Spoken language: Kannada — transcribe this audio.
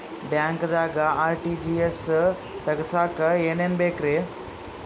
ಬ್ಯಾಂಕ್ದಾಗ ಆರ್.ಟಿ.ಜಿ.ಎಸ್ ತಗ್ಸಾಕ್ ಏನೇನ್ ಬೇಕ್ರಿ?